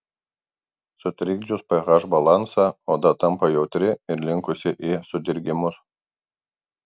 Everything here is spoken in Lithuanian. sutrikdžius ph balansą oda tampa jautri ir linkusi į sudirgimus